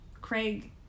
Craig